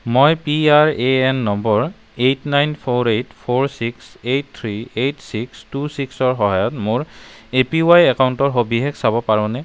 মই P R A N number eight nine four eight four six eight three eight six two ছিক্সৰ সহায়ত মোৰ A P Y একাউণ্টৰ সবিশেষ চাব পাৰোঁনে